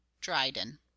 dryden